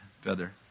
Feather